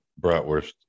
bratwurst